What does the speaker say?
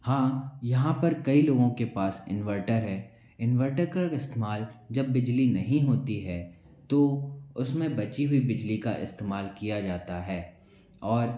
हाँ यहाँ पर कई लोगों के पास इन्वर्टर है इन्वर्टर का इस्तेमाल जब बिजली नहीं होती है तो उसमे बची हुई बिजली का इस्तेमाल किया जाता है और